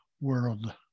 world